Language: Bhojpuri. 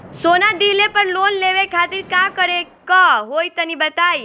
सोना दिहले पर लोन लेवे खातिर का करे क होई तनि बताई?